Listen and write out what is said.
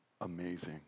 amazing